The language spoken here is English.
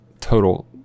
total